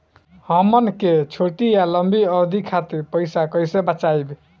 हमन के छोटी या लंबी अवधि के खातिर पैसा कैसे बचाइब?